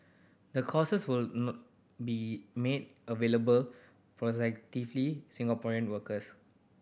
the courses will be made available Singaporean workers